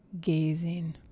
gazing